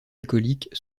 alcoolique